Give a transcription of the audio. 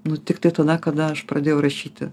nu tik tai tada kada aš pradėjau rašyti